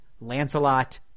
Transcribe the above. Lancelot